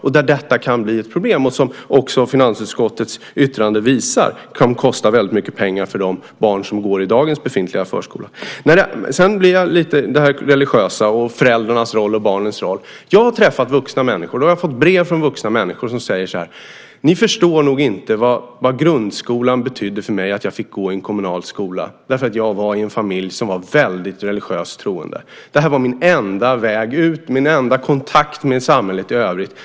Där kan detta bli ett problem och, som också finansutskottets yttrande visar, komma att kosta väldigt mycket pengar för de barn som går i dagens befintliga förskolor. Sedan vill jag kommentera det religiösa, och föräldrarnas och barnens roll. Jag har träffat och fått brev från vuxna människor som säger så här: Ni förstår nog inte vad grundskolan betydde för mig genom att jag fick gå i en kommunal skola. Jag hade en familj som var väldigt religiöst troende. Det här var min enda väg ut - min enda kontakt med samhället i övrigt.